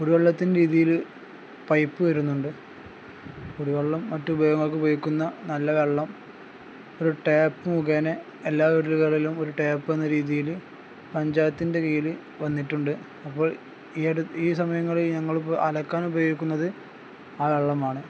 കുടിവെള്ളത്തിന്റെ രീതിയിൽ പൈപ്പ് വരുന്നുണ്ട് കുടിവെള്ളം മറ്റു ഉപയോഗങ്ങൾക്ക് ഉയോഗിക്കുന്ന നല്ല വെള്ളം ഒരു ടാപ്പ് മുഖേനെ എല്ലാ വീടുകളിലും ഒരു ടാപ്പ് എന്ന രീതിയിൽ പഞ്ചായത്തിൻ്റെ കീഴിൽ വന്നിട്ടുണ്ട് അപ്പോൾ ഈ അടുത്ത ഈ സമയങ്ങളിൽ ഞങ്ങൾ ഇപ്പോൾ അലക്കാൻ ഉപയോഗിക്കുന്നത് ആ വെള്ളമാണ്